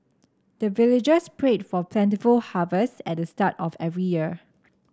the villagers pray for plentiful harvest at the start of every year